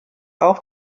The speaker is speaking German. auch